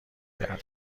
کردیم